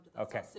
Okay